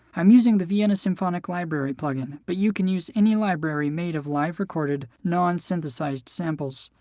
i'm using the vienna symphonic library plug-in, but you can use any library made of live-recorded, non-synthesized samples.